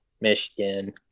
Michigan